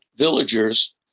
villagers